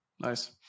Nice